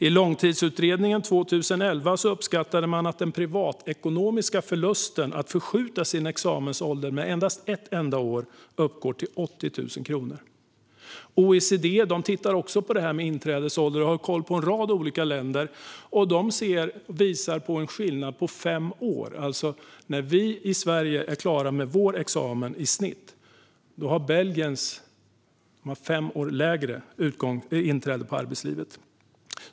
I Långtidsutredningen 2011 uppskattade man att den privatekonomiska förlusten av att förskjuta examensåldern med ett enda år uppgår till 80 000 kronor. Även OECD tittar på detta med inträdesålder och har koll på en rad olika länder. De visar på en skillnad på fem år: När vi i Sverige i snitt är klara med vår examen har människor i Belgien gjort sitt inträde i arbetslivet fem år tidigare.